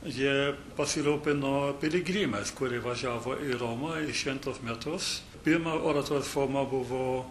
jie pasirūpino piligrimais kurie važiavo į romą į šventus metus pirma oratorijos forma buvo